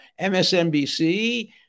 MSNBC